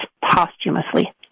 posthumously